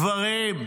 גברים,